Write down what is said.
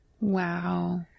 Wow